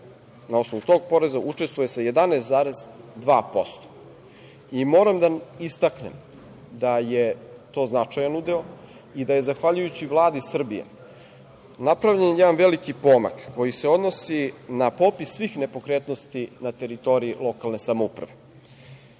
na osnovu tog poreza učestvuju sa 11,2% i moram da istaknem da je to značajan udeo i da je zahvaljujući Vladi Srbije napravljen jedan veliki pomak koji se odnosi na popis svih nepokretnosti na teritoriji lokalne samouprave. Mislim